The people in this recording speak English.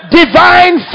divine